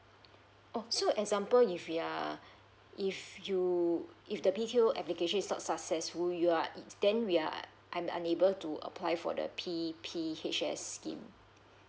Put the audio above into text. oh so example if you are if you if the B_T_O application is not successful you are it's then we are I'm unable to apply for the P_P_H_S scheme